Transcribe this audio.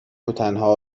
وتنها